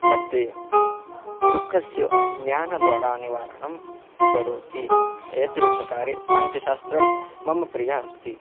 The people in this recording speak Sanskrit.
मध्ये दुःखस्य ज्ञानद्वारा विवरणं करोति एते प्रकारे साङ्ख्यशास्त्रं मम प्रियम् अस्ति